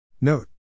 Note